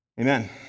Amen